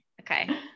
Okay